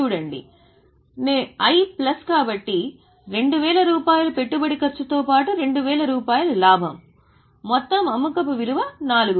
చూడండి నేను ప్లస్ కాబట్టి 2000 రూపాయలు పెట్టుబడి ఖర్చుతో పాటు 2000 రూపాయల లాభం మొత్తం అమ్మకపు విలువ 4000